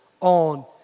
on